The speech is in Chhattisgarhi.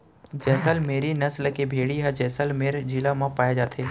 जैसल मेरी नसल के भेड़ी ह जैसलमेर जिला म पाए जाथे